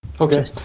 Okay